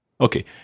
Okay